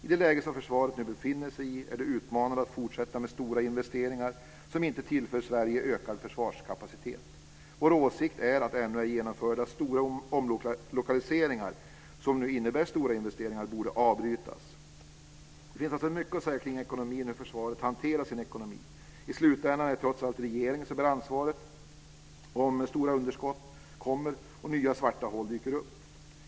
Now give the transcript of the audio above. I det läge som försvaret nu befinner sig i är det utmanande att fortsätta med stora investeringar som inte tillför Sverige ökad försvarskapacitet. Vår åsikt är att ännu ej genomförda stora omlokaliseringar, som nu innebär stora investeringar, borde avbrytas. Det finns alltså mycket att säga kring ekonomin och hur försvaret hanterar sin ekonomi. I slutändan är det trots allt regeringen som bär ansvaret om stora underskott kommer och nya svarta hål dyker upp.